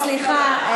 סליחה,